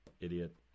idiot